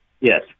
Yes